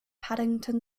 paddington